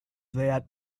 that